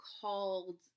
called